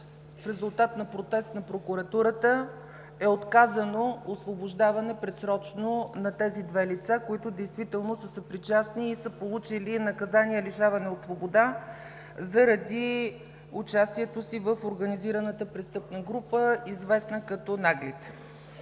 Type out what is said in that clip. в резултат на протест на Прокуратурата, е отказано предсрочно освобождаване на тези две лица, които действително са съпричастни и са получили наказание „лишаване от свобода“ заради участието си в организираната престъпна група, известна като „Наглите“.